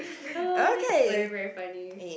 that's very very funny